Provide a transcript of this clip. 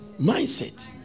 Mindset